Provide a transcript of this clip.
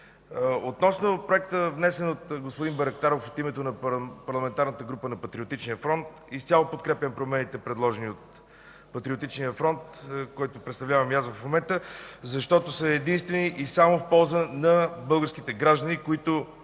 Относно Проекта, внесен от господин Байрактаров от името на Парламентарната група на Патриотичния фронт, изцяло подкрепям промените, предложени от Патриотичния фронт, който представлявам и аз в момента, защото са единствено и само в полза на българските граждани, които